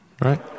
right